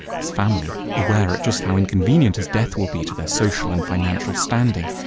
his family, aware at just how inconvenient his death will be to their social and financial standing,